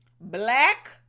black